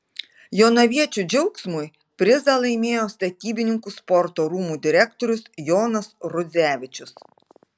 jonaviečių džiaugsmui prizą laimėjo statybininkų sporto rūmų direktorius jonas rudzevičius